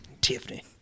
Tiffany